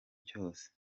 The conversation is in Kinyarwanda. cyose